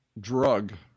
drug